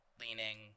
leaning